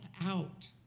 out